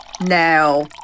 Now